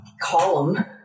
column